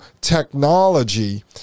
technology